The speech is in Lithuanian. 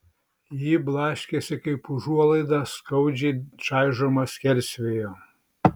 ji blaškėsi kaip užuolaida skaudžiai čaižoma skersvėjo